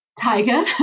tiger